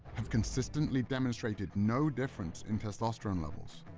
have consistently demonstrated no difference in testosterone levels.